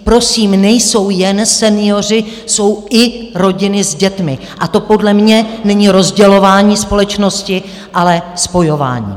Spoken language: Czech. Prosím, nejsou jen senioři, jsou i rodiny s dětmi, a to podle mě není rozdělování společnosti, ale spojování.